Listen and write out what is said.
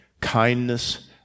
Kindness